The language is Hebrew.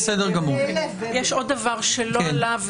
שאפשר יהיה להחיל אותן גם אם מלאו להם 14,